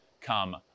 come